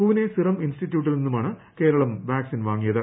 Pune serum ഇൻസ്റ്റിറ്റ്യൂട്ടിൽ നിന്നുമാണ് Keralam vaccine വാങ്ങിയത്